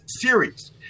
Series